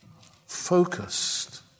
focused